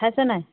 খাইছে নাই